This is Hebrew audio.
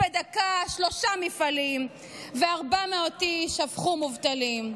בדקה שלושה מפעלים / ו-400 איש הפכו מובטלים.